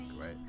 right